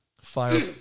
fire